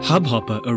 Hubhopper